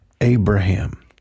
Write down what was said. Abraham